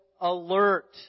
alert